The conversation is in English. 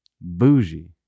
Bougie